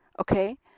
okay